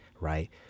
right